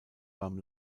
beim